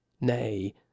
nay